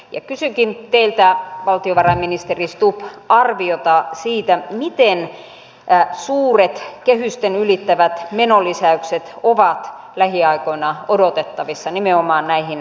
kysynkin teiltä valtiovarainministeri stubb arviota siitä miten suuret kehykset ylittävät menolisäykset ovat lähiaikoina odotettavissa nimenomaan näihin kotouttamismenoihin